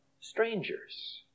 strangers